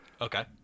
Okay